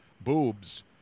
boobs